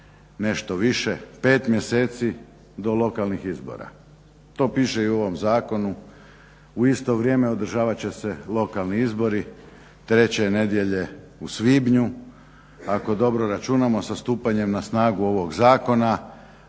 nešto više 5 mjeseci do lokalnih izbora. To piše i u ovom zakonu. U isto vrijeme održavat će se lokalni izbori, treće nedjelje u svibnju, ako dobro računam sa stupanjem na snagu ovog zakona